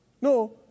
No